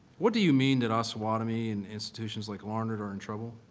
what do you mean that osawatomie and institutions like larned are in trouble?